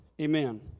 Amen